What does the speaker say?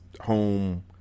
home